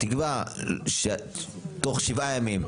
תקבע שתוך שבעה ימים,